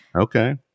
okay